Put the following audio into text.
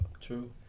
True